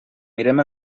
mirem